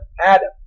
Adam